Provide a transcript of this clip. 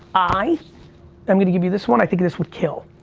i am gonna give you this one. i think this would kill.